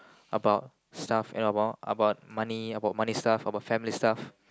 about stuff and about about money about money stuff about family stuff